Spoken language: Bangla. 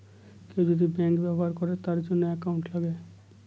কেউ যদি ব্যাঙ্ক ব্যবহার করে তার জন্য একাউন্ট লাগে